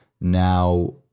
Now